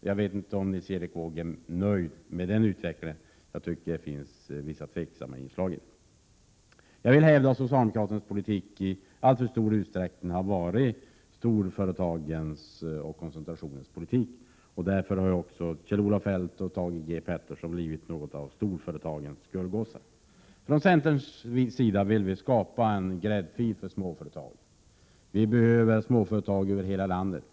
Jag vet inte om Nils Erik Wååg är nöjd med den utvecklingen. Jag tycker att det finns vissa tvivelaktiga inslag i den. Socialdemokraternas politik har i alltför stor utsträckning varit storföreta 131 Prot. 1987/88:115 gens och koncentrationens politik. Det är därför som Kjell-Olof Feldt och 5 maj 1988 Thage G Peterson har blivit något av storföretagens guldgossar. Centern vill skapa en gräddfil för småföretag. Vi behöver småföretag över hela landet.